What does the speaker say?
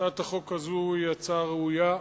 הצעת החוק הזו היא הצעה ראויה,